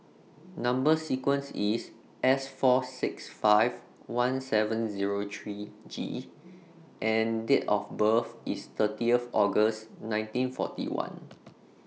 Number sequence IS S four six five one seven Zero three G and Date of birth IS thirtieth August nineteen forty one